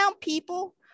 people